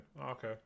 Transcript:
Okay